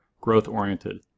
growth-oriented